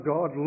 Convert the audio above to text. God